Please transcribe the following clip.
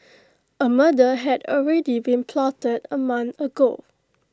A murder had already been plotted A month ago